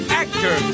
actor